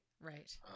Right